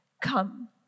come